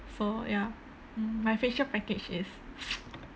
so ya mm my facial package is